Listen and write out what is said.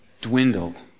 dwindled